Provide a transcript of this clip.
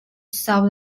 served